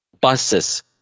buses